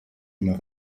immer